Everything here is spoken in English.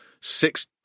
six